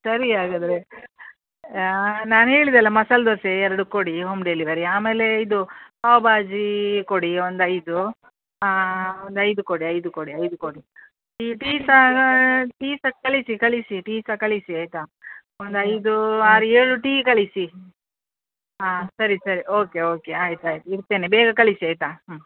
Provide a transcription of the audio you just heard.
ಸರಿ ಹಾಗಾದರೆ ನಾನು ಹೇಳ್ದೆ ಅಲ್ಲಾ ಮಸಾಲೆ ದೋಸೆ ಎರಡು ಕೊಡಿ ಹೋಮ್ ಡೆಲಿವರಿ ಆಮೇಲೆ ಇದು ಪಾವ್ ಬಾಜಿ ಕೊಡಿ ಒಂದು ಐದು ಒಂದು ಐದು ಕೊಡಿ ಐದು ಕೊಡಿ ಐದು ಕೊಡಿ ಟೀ ಸಹ ಟೀ ಸಹ ಕಳಿಸಿ ಕಳಿಸಿ ಟೀ ಸಹ ಕಳಿಸಿ ಆಯಿತಾ ಒಂದು ಐದು ಆರು ಏಳು ಟೀ ಕಳಿಸಿ ಹಾಂ ಸರಿ ಸರಿ ಓಕೆ ಓಕೆ ಆಯ್ತು ಆಯ್ತು ಇಡ್ತೇನೆ ಬೇಗ ಕಳಿಸಿ ಆಯಿತಾ ಹ್ಞೂ